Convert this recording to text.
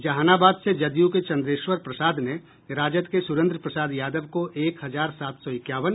जहानाबाद से जदयू के चंद्रेश्वर प्रसाद ने राजद के सुरेंद्र प्रसाद यादव को एक हजार सात सौ इक्यावन